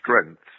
strengths